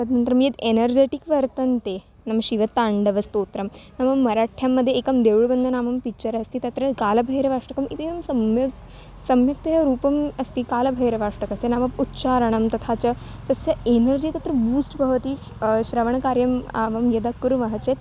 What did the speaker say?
तदनन्तरं यत् एनर्जेटिक् वर्तन्ते नाम शिवताण्डवस्तोत्रं नाम मराठ्यां मध्ये एकं देवबन्द्यनामं पिक्चर् अस्ति तत्र कालभैरवाष्टकम् इदेवं सम्यक् सम्यक्तया रूपम् अस्ति कालभैरवाष्टकस्य नाम उच्चारणं तथा च तस्य एनर्जि तत्र बूस्ट् भवति श्रवणकार्यम् मम यदा कुर्मः चेत्